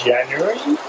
January